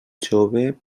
jove